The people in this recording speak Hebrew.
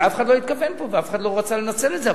אף אחד לא התכוון פה ואף אחד לא רצה לנצל את זה,